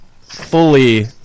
fully